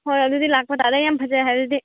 ꯍꯣꯏ ꯑꯗꯨꯗꯤ ꯂꯥꯛꯄ ꯇꯥꯔꯦ ꯌꯥꯝ ꯐꯖꯩ ꯍꯥꯏꯔꯗꯤ